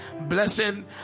blessing